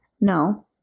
no